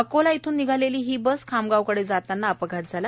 अकोला येथून निघालेली ही बस खामगावकडे जाताना हा अपघात झाला